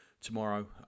tomorrow